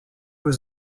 his